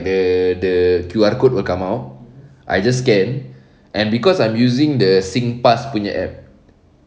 the the Q_R code will come out I just scan and cause I'm using the singpass punya app